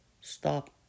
stop